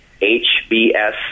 H-B-S